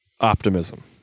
optimism